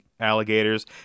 Alligators